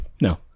No